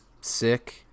sick